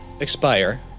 expire